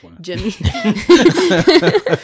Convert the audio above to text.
Jimmy